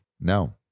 No